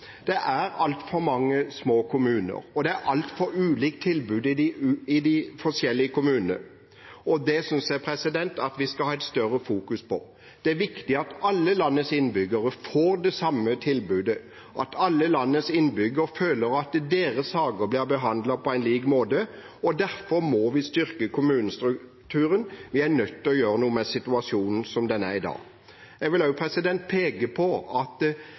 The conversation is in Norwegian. Det er altfor mange små kommuner, og det er et altfor ulikt tilbud i de forskjellige kommunene. Det synes jeg vi skal legge større vekt på. Det er viktig at alle landets innbyggere får det samme tilbudet, og at alle landets innbyggere føler at deres saker blir behandlet på samme måte. Derfor må vi styrke kommunestrukturen. Vi er nødt til å gjøre noe med situasjonen som den er i dag. Jeg vil også peke på at